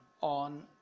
on